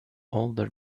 older